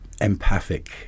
empathic